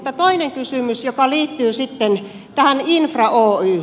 toinen kysymys joka liittyy sitten tähän infra oyhyn